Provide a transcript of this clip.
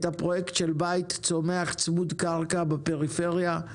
הפרויקט של בית צומח צמוד קרקע בפריפריה.